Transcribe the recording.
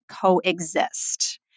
coexist